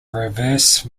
reverse